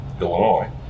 Illinois